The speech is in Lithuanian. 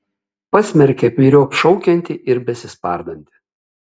pasmerkė myriop šaukiantį ir besispardantį